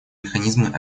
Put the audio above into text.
механизмы